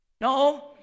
No